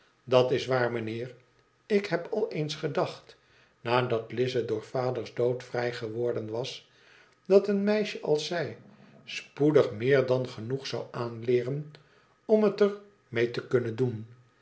dat is waar mijnheer ik heb al eens gedacht nadat lize door vaders dood vrij geworden was dat een meisje als zij spoedig meer dan genoeg zou aanleeren om het er mee te kunnen doen